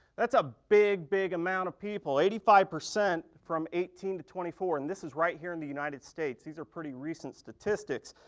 that's a big big amount of people. eighty five percent from eighteen twenty four and this is right here in the united states. these are pretty recent statistics.